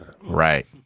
Right